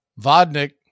Vodnik